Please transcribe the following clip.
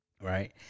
right